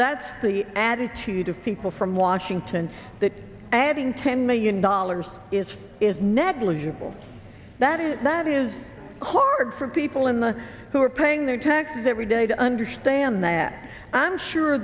that's the attitude of people from washington that adding ten million dollars is is negligible that is that is hard for people in the who are paying their taxes every day to understand that i'm sure